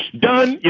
done. you